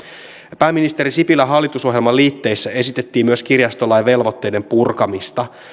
pääministeri sipilän hallitusohjelman liitteissä esitettiin myös kirjastolain velvoitteiden purkamista